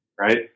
right